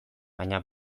baina